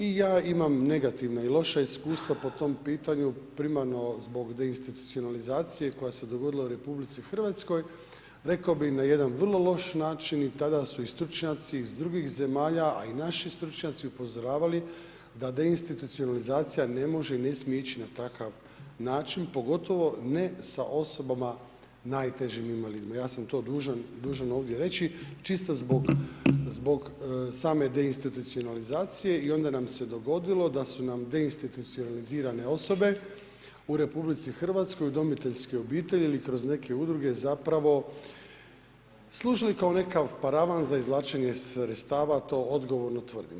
I ja imam negativna i loša iskustva po tom pitanju, primarno zbog deinstitucionalizacije koja se dogodila u RH, rekao bi na jedan vrlo loš način i tada su u i stručnjaci iz drugih zemalja a i naši stručnjaci upozoravali da deinstitucionalizacija ne može i ne smije ići na takav način pogotovo ne sa osobama, najtežim invalidima, ja sam to dužan ovdje reći čisto zbog same deinstitucionalizacije i onda nam se dogodilo da su nam deinstitucionalizirane osobe u RH udomiteljske obitelji ili kroz neke udruge zapravo služili kao nekakav paravan za izvlačenje sredstava, a to odgovorno tvrdim.